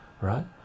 right